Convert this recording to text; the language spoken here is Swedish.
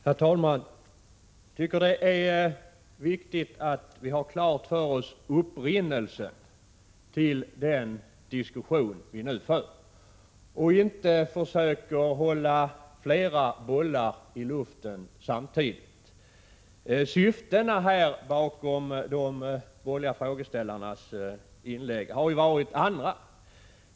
Herr talman! Jag tycker det är viktigt att vi har klart för oss upprinnelsen till den diskussion vi nu för och inte försöker hålla flera bollar i luften samtidigt; syftena med de borgerliga frågeställarnas inlägg här har ju varit andra.